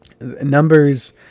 Numbers